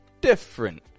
different